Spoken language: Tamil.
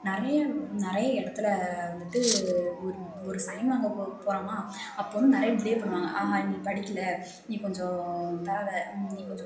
நிறைய நிறைய இடத்தில் வந்துட்டு ஒரு ஒரு சைன் வாங்க போறோமா அப்போ வந்து நிறைய டிலே பண்ணுவாங்க ஆஹா நீ படிக்கல நீ கொஞ்சம் நீ கொஞ்சம்